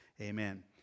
Amen